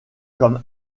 comme